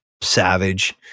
savage